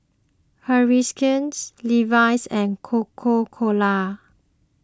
Herschel's Levi's and Coca Cola